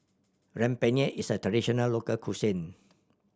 rempeyek is a traditional local cuisine